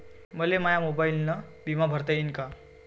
मले माया मोबाईलनं बिमा भरता येईन का?